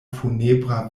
funebra